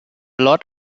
lot